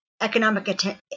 economic